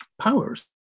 powers